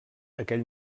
aquell